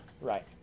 right